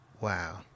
Wow